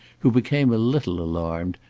who became a little alarmed,